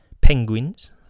Penguins